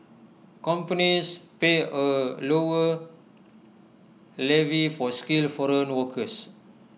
companies pay A lower levy for skilled foreign workers